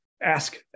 ask